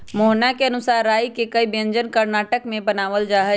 मोहना के अनुसार राई के कई व्यंजन कर्नाटक में बनावल जाहई